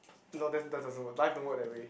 no that that doesn't work life don't work that way